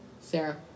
Sarah